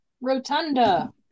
Rotunda